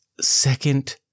second